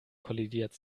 kollidiert